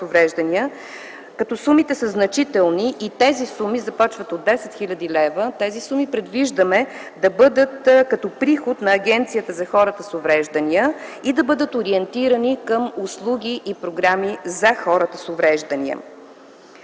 Сумите са значителни и тези суми започват от 10 хил. лв. Предвиждаме тези суми да бъдат като приход на Агенцията за хора с увреждания и да бъдат ориентирани към услуги и програми за хората с увреждания.